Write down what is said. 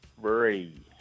Three